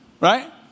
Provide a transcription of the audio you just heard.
Right